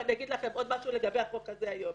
ואני אגיד לכם עוד משהו לגבי החוק הזה היום